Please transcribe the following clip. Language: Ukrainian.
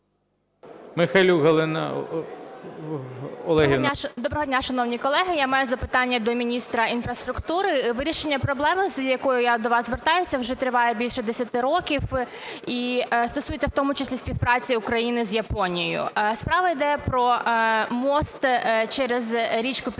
Доброго дня, шановні колеги! Я маю запитання до міністра інфраструктури. Вирішення проблеми, з якою я до вас звертаюся, вже триває більше 10 років і стосується в тому числі співпраці України з Японією. Справа йде про міст через річку Південний